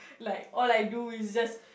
like all I do is just